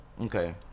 okay